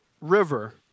river